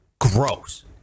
gross